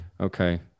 okay